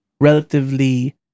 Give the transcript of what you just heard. relatively